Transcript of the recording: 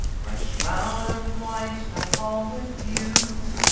my shroud of white, stuck all with yew,